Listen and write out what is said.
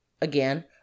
Again